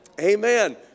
Amen